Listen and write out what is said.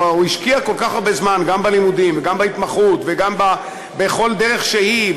הוא השקיע כל כך הרבה זמן גם בלימודים וגם בהתמחות וגם בכל דרך שהיא,